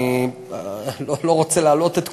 ואני לא רוצה להלאות את כולם.